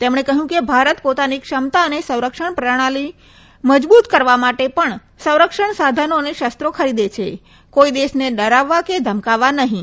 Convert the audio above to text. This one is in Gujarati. તેમણે કહ્યું કે ભારત પોતાની ક્ષમતા અને સંરક્ષણ પ્રણાલિની મજબૂત કરવા માટે પણ સંરક્ષણ સાધનો અને શસ્ત્રો ખરીદે છે કોઈ દેશને ડરાવવા કે ધમકાવવ નહીં